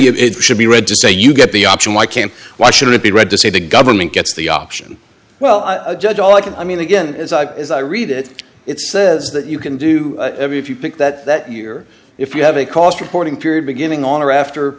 you should be read to say you get the option why can't why should it be read to say the government gets the option well i judge all i can i mean again as i as i read it it says that you can do every if you pick that year if you have a cost reporting period beginning on or after